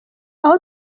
aho